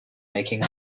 making